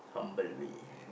humble way